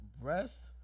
breast